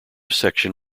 section